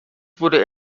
wurde